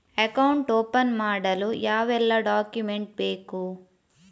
Account open ಮಾಡಲು ಯಾವೆಲ್ಲ document ಬೇಕು?